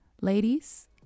ladies